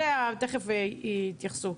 זה תיכף יתייחסו.